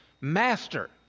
Master